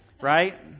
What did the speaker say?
right